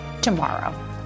tomorrow